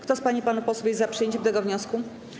Kto z pań i panów posłów jest za przyjęciem tego wniosku?